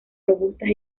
robustas